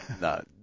No